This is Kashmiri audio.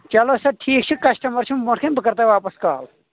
چلو سر ٹھیٖک چھُ کَسٹَمَر چھِم برونٹھ کنہِ بہٕ کَرو تۄہہِ واپس کال